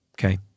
okay